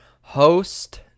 host